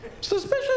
suspicious